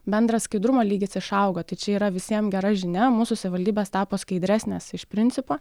bendras skaidrumo lygis išaugo tai čia yra visiem gera žinia mūsų savivaldybės tapo skaidresnės iš principo